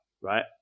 right